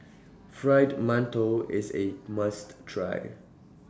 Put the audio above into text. Fried mantou IS A must Try